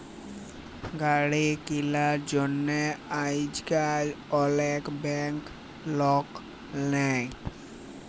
গাড়ি কিলার জ্যনহে আইজকাল অলেক ব্যাংক লল দেই